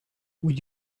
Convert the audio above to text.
would